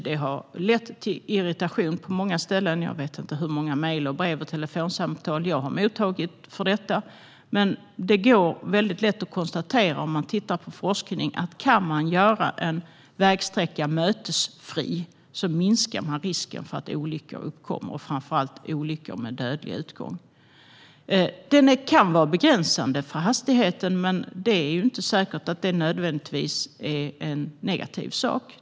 Det har lett till irritation på många ställen - jag vet inte hur många mejl, brev och telefonsamtal jag har mottagit med anledning av detta - men när man tittar på forskningen är det lätt att konstatera att kan man göra en vägsträcka mötesfri minskar man risken för att olyckor uppkommer, framför allt olyckor med dödlig utgång. Det kan vara begränsande för hastigheten, men det är inte säkert att det nödvändigtvis är en negativ sak.